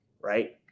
right